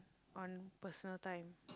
on personal time